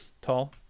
tall